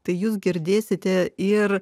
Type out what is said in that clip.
tai jūs girdėsite ir